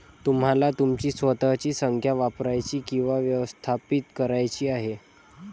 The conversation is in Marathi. तुम्हाला तुमची स्वतःची संख्या वापरायची किंवा व्यवस्थापित करायची आहे का?